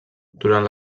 durant